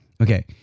Okay